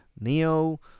Neo